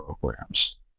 programs